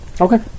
Okay